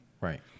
Right